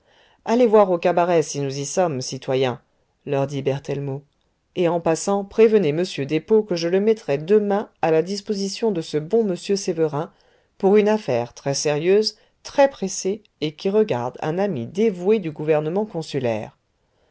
allez voir au cabaret si nous y sommes citoyens leur dit berthellemot et en passant prévenez m despaux que je le mettrai demain à la disposition de ce bon m séverin pour une affaire très sérieuse très pressée et qui regarde un ami dévoué du gouvernement consulaire